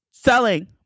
selling